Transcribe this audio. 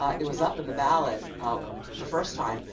um it was up in the ballot ah the first time,